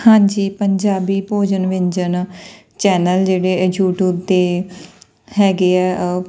ਹਾਂਜੀ ਪੰਜਾਬੀ ਭੋਜਨ ਵਿਅੰਜਨ ਚੈਨਲ ਜਿਹੜੇ ਇਹ ਯੂਟੀਊਬ 'ਤੇ ਹੈਗੇ ਆ